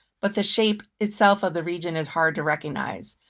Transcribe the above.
but the shape itself of the region is hard to recognize.